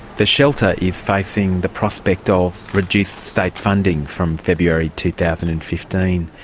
the shelter is facing the prospect of reduced state funding from february two thousand and fifteen.